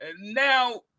Now